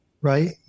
right